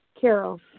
Carol